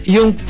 Yung